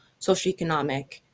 socioeconomic